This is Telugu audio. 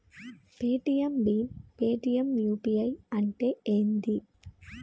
పేటిఎమ్ భీమ్ పేటిఎమ్ యూ.పీ.ఐ అంటే ఏంది?